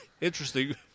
Interesting